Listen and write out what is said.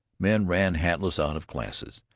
men ran hatless out of classes,